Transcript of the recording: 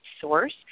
source